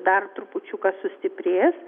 dar trupučiuką sustiprės